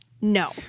no